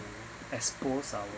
to expose our